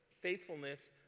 faithfulness